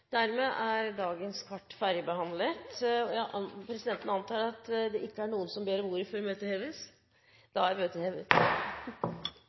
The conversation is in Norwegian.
Dermed er dagens kart ferdigbehandlet. Ber noen om ordet før møtes heves? – Møtet er hevet.